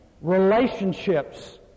Relationships